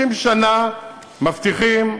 50 שנה מבטיחים,